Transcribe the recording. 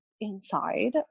inside